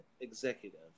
executive